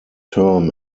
term